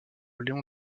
léon